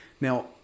Now